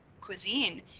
cuisine